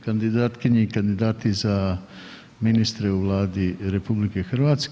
kandidatkinji i kandidati za ministre u Vladi RH.